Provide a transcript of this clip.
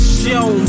show